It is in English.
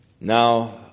Now